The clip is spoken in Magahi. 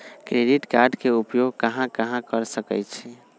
क्रेडिट कार्ड के उपयोग कहां कहां कर सकईछी?